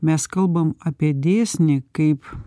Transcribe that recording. mes kalbam apie dėsnį kaip